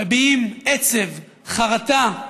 מביעים עצב, חרטה,